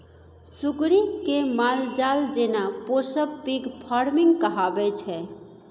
सुग्गरि केँ मालजाल जेना पोसब पिग फार्मिंग कहाबै छै